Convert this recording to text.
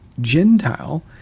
Gentile